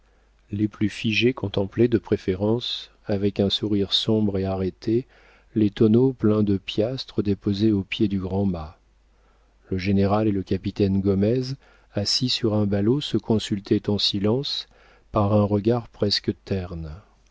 les plus âgés contemplaient de préférence avec un sourire sombre et arrêté les tonneaux pleins de piastres déposés au pied du grand mât le général et le capitaine gomez assis sur un ballot se consultaient en silence par un regard presque terne